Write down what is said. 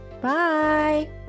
bye